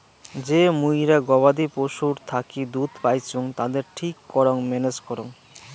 যে মুইরা গবাদি পশুর থাকি দুধ পাইচুঙ তাদের ঠিক করং ম্যানেজ করং